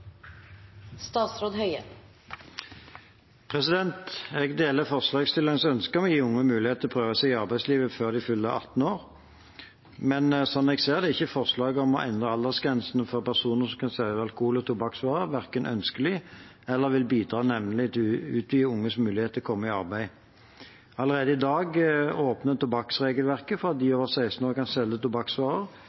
Jeg deler forslagsstillernes ønske om å gi unge mulighet til å prøve seg i arbeidslivet før de fyller 18 år. Men slik jeg ser det, vil forslaget om å endre aldersgrensene for personer som kan selge alkohol- og tobakksvarer, verken være ønskelig eller bidra nevneverdig til å utvide unges mulighet til å komme i arbeid. Allerede i dag åpner tobakksregelverket for at de over 16 år kan selge tobakksvarer